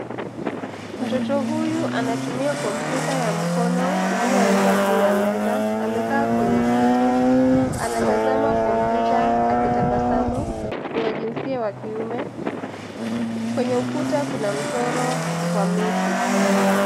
Mtoto huyu anatumia kompyuta ya mkono iliyowekwa juu ya meza, amekaa kwenye kiti, anatazama kompyuta akitabasamu, ni wa jinsia wa kiume. Kwenye ukuta kuna mchoro, wa miti.